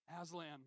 Aslan